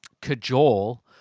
cajole